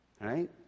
right